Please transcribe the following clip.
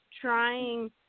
trying